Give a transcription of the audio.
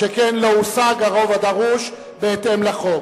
שכן לא הושג הרוב הדרוש בהתאם לחוק.